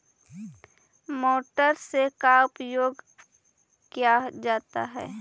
Motor से का उपयोग क्या जाता है?